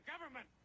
government